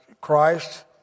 Christ